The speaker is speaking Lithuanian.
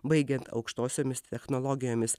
baigiant aukštosiomis technologijomis